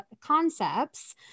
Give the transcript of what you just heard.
concepts